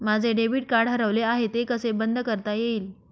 माझे debit card हरवले आहे ते कसे बंद करता येईल?